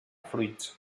fruits